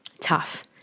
tough